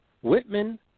Whitman